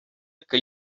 que